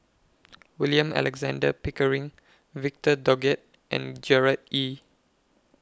William Alexander Pickering Victor Doggett and Gerard Ee